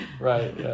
Right